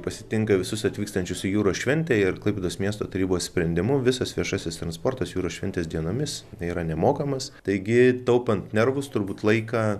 pasitinka visus atvykstančius į jūros šventę ir klaipėdos miesto tarybos sprendimu visas viešasis transportas jūros šventės dienomis yra nemokamas taigi taupant nervus turbūt laiką